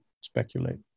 speculate